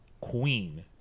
queen